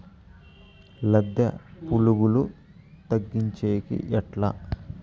లద్దె పులుగులు తగ్గించేకి ఎట్లా?